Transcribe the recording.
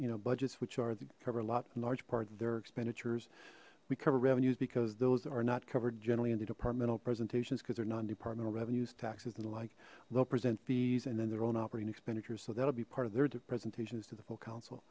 you know budgets which are the cover a lot a large part of their expenditures we cover revenues because those are not covered generally in the departmental presentations because they're non departmental revenues taxes and like they'll present fees and then their own operating expenditures so that'll be part of their presentations to the full coun